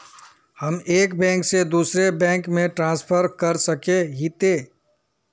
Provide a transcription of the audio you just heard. हम एक बैंक से दूसरा बैंक में ट्रांसफर कर सके हिये?